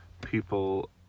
people